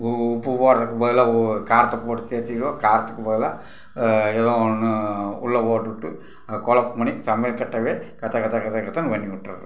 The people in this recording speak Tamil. உ உப்பு போடுறதுக்கு பதிலாக உ காரத்தை போட்டு தேற்றிக்கிறோம் காரத்துக்கு பதிலாக ஏதோ ஒன்று உள்ளே போட்டு விட்டு அதை கொழப்பம் பண்ணி சமையக்கட்டைவே கச்ச கச்ச கச்ச கச்சன்னு பண்ணிவிட்டுறது